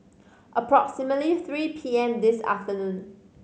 approximately three P M this afternoon